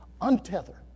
untether